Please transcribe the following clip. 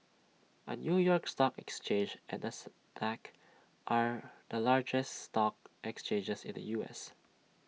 the new york stock exchange and Nasdaq are the largest stock exchanges in the U S